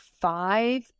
five